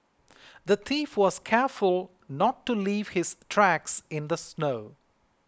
the thief was careful not to leave his tracks in the snow